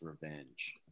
revenge